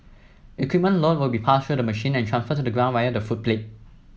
equipment load will be passed through the machine and transferred to the ground via the footplate